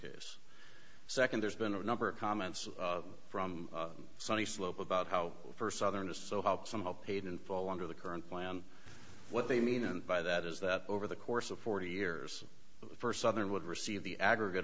case second there's been a number of comments from sunny slope about how first southerners so how some how paid and fall under the current plan what they mean by that is that over the course of forty years the first southern would receive the aggregate